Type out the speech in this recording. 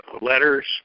letters